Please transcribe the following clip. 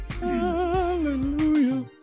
Hallelujah